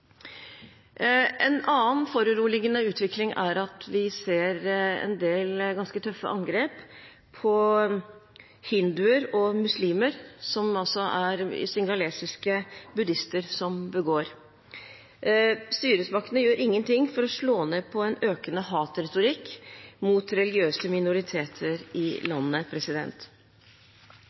En annen foruroligende utvikling er at vi ser en del ganske tøffe angrep på hinduer og muslimer som singalesiske buddhister begår. Styresmaktene gjør ingenting for å slå ned på en økende hatretorikk mot religiøse minoriteter i landet.